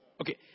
Okay